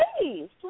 please